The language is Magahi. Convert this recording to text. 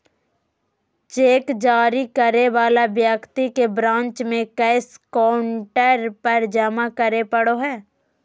चेक जारी करे वाला व्यक्ति के ब्रांच में कैश काउंटर पर जमा करे पड़ो हइ